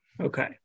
Okay